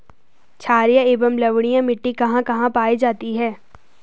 छारीय एवं लवणीय मिट्टी कहां कहां पायी जाती है?